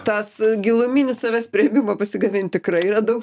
tas giluminis savęs priėmimo pasigamint tikrai yra daug